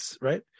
right